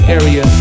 area